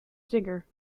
singer